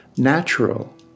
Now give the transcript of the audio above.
natural